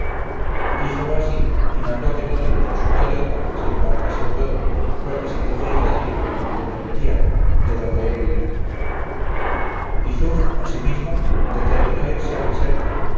hízolo así y mandó que todos los de su galeota se embarcasen luego porque se quería ir a trípol de berbería de donde él era yzuf asimismo determinó irse a biserta